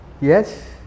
Yes